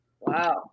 Wow